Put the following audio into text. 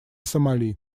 сомали